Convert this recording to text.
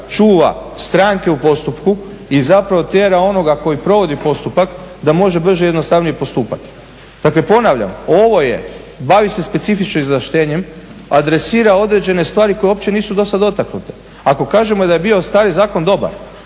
čuva stranke u postupku i zapravo tjera onoga koji provodi postupak da može brže i jednostavnije postupati. Dakle ponavljam, ovo je bavi se specifično izvlaštenjem, adresira određene stvari koje uopće nisu dosad dotaknute. Ako kažemo da je bio stari zakon dobar